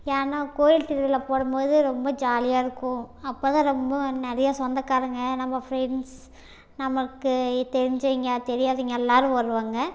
ஏன்னா கோயில் திருவிழா போடும் போது ரொம்ப ஜாலியாக இருக்கும் அப்போ தான் ரொம்பவும் நிறைய சொந்தகாரங்க நம்ம ஃபிரண்ட்ஸ் நமக்கு தெரிஞ்சவங்க தெரியாதவங்க எல்லோரும் வருவாங்க